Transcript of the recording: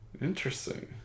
Interesting